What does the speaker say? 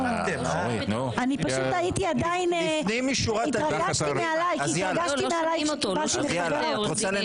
'הוראות סעיף (ב1) יחולו לאחר מתן פסק דין